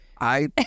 I-